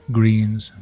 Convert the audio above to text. greens